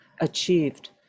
achieved